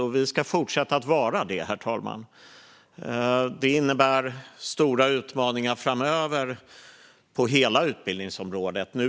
Och vi ska fortsätta att göra det, herr talman. Detta innebär stora utmaningar framöver på hela utbildningsområdet.